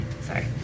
sorry